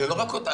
זה חצי שנה.